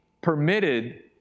permitted